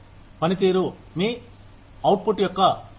పనితీరు మీ అవుట్పుట్ యొక్క కొలత